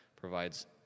provides